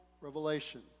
revelation